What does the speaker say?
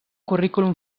currículum